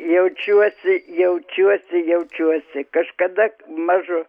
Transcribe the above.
jaučiuosi jaučiuosi jaučiuosi kažkada mažu